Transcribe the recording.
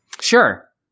sure